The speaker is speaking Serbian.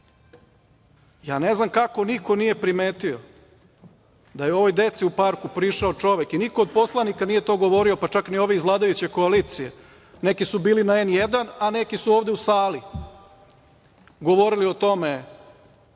znam kako niko nije primetio da je ovoj deci u parku prišao čovek i niko od poslanika nije to govorio, pa čak ni ovi iz vladajuće koalicije, neki su bili na N1 a neki su ovde u sali govorili o tome